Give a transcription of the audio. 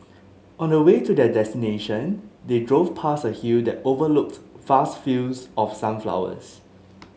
on the way to their destination they drove past a hill that overlooked vast fields of sunflowers